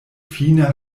fine